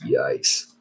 Yikes